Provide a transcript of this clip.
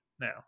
Now